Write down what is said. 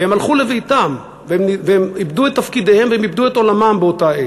והם הלכו לביתם והם איבדו את תפקידיהם והם איבדו את עולמם באותה עת,